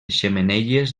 xemeneies